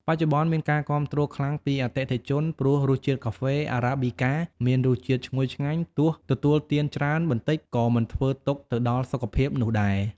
បច្ចុប្បន្នមានការគាំទ្រខ្លាំងពីអតិថិជន ព្រោះរសជាតិកាហ្វេArabica មានរសជាតិឈ្ងុយឆ្ងាញ់ ទោះទទួលទានច្រើនបន្តិចក៏មិនធ្វើទុក្ខទៅដល់សុខភាពនោះដែរ។